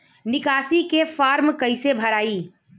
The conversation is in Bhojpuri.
निकासी के फार्म कईसे भराई?